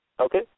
Okay